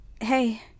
hey